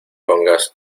pongas